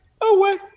away